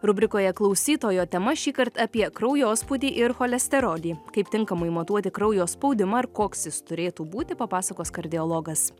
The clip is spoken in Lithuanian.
rubrikoje klausytojo tema šįkart apie kraujospūdį ir cholesterolį kaip tinkamai matuoti kraujo spaudimą ir koks jis turėtų būti papasakos kardiologas